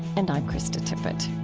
and i'm krista tippett